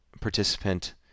participant